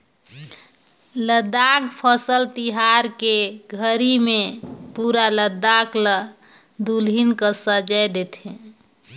लद्दाख फसल तिहार के घरी मे पुरा लद्दाख ल दुलहिन कस सजाए देथे